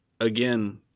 again